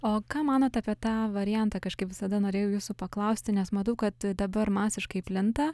o ką manot apie tą variantą kažkaip visada norėjau jūsų paklausti nes matau kad dabar masiškai plinta